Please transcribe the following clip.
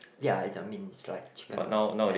ya it's I mean it's like Chicken Rice it has